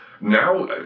Now